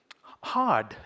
hard